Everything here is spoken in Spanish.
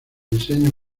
diseño